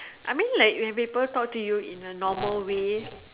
I mean when people talk to you in a normal way